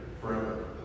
forever